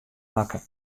makke